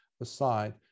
aside